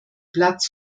platz